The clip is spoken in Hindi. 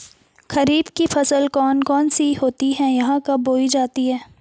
खरीफ की फसल कौन कौन सी होती हैं यह कब बोई जाती हैं?